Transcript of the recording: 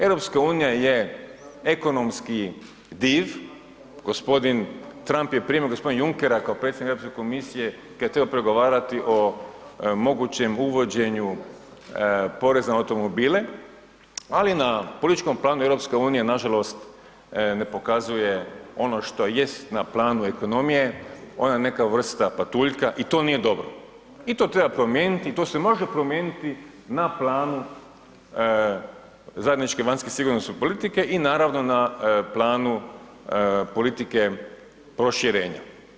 EU je ekonomski div, gospodin Trump je primio gospodina Junckera kao predsjednika Europske komisije kada je trebao pregovarati o mogućem uvođenju poreza na automobile, ali na političkom planu EU nažalost ne pokazuje ono što jest na planu ekonomije, ona neka vrsta patuljka i to nije dobro i to treba promijeniti i to se može promijeniti na planu zajedničke vanjsko sigurnosne politike i naravno na planu politike proširenja.